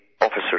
officer